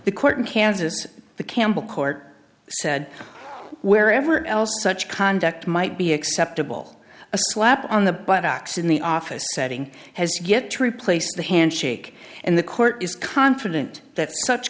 the court in kansas the campbell court said wherever else such conduct might be acceptable a slap on the butt x in the office setting has yet to replace the handshake and the court is confident that such